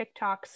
TikToks